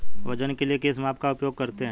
वजन के लिए किस माप का उपयोग करते हैं?